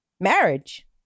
marriage